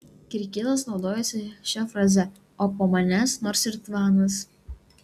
kirkilas naudojosi šia fraze o po manęs nors ir tvanas